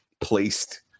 placed